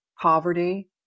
poverty